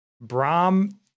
Brahm